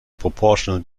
proportional